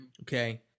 Okay